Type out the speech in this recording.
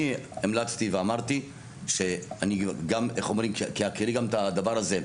אני המלצתי ואמרתי בהכירי גם את הדבר הזה.